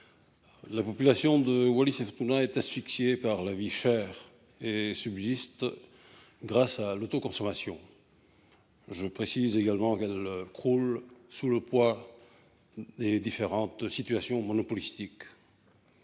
La population de Wallis et Futuna est asphyxiée par la vie chère. Elle subsiste grâce à l’autoconsommation. Je précise également qu’elle croule sous le poids des différentes situations monopolistiques.